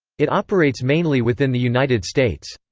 it operates mainly within the united states.